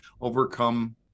overcome